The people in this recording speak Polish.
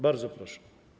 Bardzo proszę.